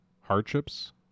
hardships